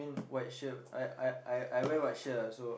white shirt I I I I wear white shirt lah so